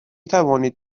توانید